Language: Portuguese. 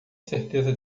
certeza